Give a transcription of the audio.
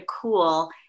cool